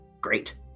Great